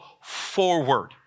forward